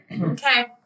Okay